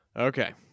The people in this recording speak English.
Okay